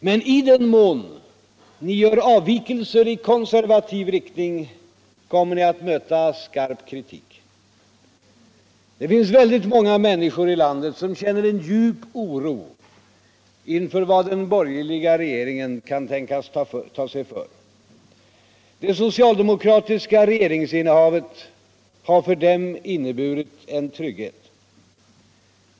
Men i den mån ni gör avvikelser i konservativ riktning kommer ni att möta skarp krivik. Det finns väldigt många miänniskor i landet som känner en djup oro inför vad den borgerliga regeringen kan tänkas ta sig för. Det socialdemokratiska regeringsinnehavet har för dem inneburit en trygghet.